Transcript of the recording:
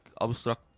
abstract